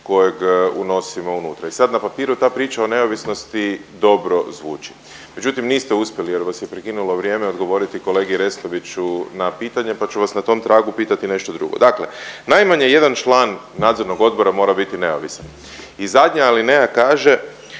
kojeg unosimo unutra. I sad na papiru ta priča o neovisnosti dobro zvuči. Međutim niste uspjeli jer vas je prekinulo vrijeme odgovoriti kolegi Restoviću na pitanje pa ću vas na tom tragu pitati nešto drugo. Dakle, najmanje jedan član nadzornog odbora mora biti neovisan i zadnja alineja kaže